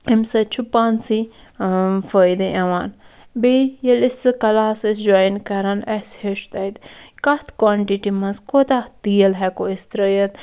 امہِ سۭتۍ چھُ پانسٕے فٲیدٕ یِوان بیٚیہِ ییٚلہِ أسۍ سُہ کلاس ٲسۍ جۄایِن کَران اَسہِ ہیٚوچھ تَتہِ کتھ کانٹِٹی مَنٛز کوتاہ تیٖل ہیٚکو أسۍ ترٛٲوِتھ